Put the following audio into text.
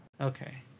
Okay